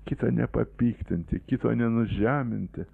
kitą nepapiktinti kito nenužeminti